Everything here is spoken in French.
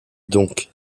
donc